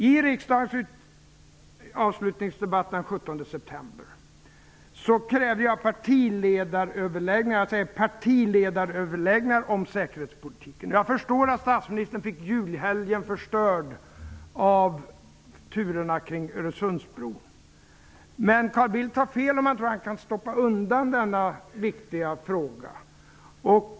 I riksdagens avslutningsdebatt den 17 december krävde jag partiledaröverläggningar -- jag säger: Jag förstår att statsministern fick julhelgen förstörd av turerna kring Öresundsbron, men Carl Bildt tar fel om han tror att han kan stoppa undan denna viktiga fråga.